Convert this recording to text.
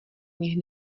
nich